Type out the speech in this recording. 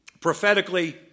prophetically